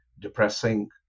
depressing